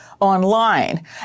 online